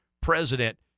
president